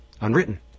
Unwritten